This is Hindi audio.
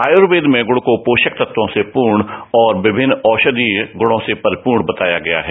आयुर्वेद में गुढ को पोषक तर्कों से पूर्ण और विमिन्न औषषि गुणों से परिपूर्ण बताया गया है